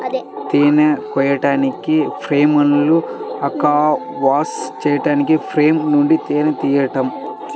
తేనెను కోయడానికి, ఫ్రేమ్లను అన్క్యాప్ చేయడానికి ఫ్రేమ్ల నుండి తేనెను తీయడం